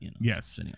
yes